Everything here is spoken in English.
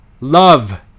love